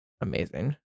amazing